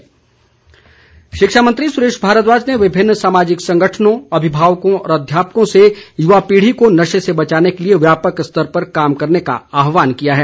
सुरेश भारद्वाज शिक्षा मंत्री सुरेश भारद्वाज ने विभिन्न सामाजिक संगठनों अभिभावकों और अध्यापकों से युवा पीढ़ी को नशे से बचाने के लिए व्यापक स्तर पर कार्य करने का आहवान किया है